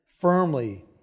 firmly